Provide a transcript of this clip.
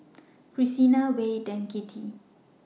Christina Wade and Kittie